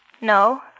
No